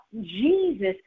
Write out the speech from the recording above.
Jesus